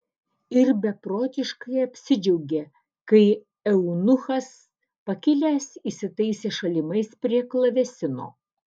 ir beprotiškai apsidžiaugė kai eunuchas pakilęs įsitaisė šalimais prie klavesino